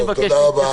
תודה רבה.